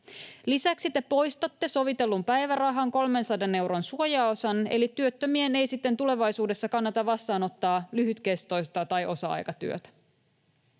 Lisäksi te poistatte sovitellun päivärahan 300 euron suojaosan, eli työttömien ei sitten tulevaisuudessa kannata vastaanottaa lyhytkestoista työtä tai osa-aikatyötä.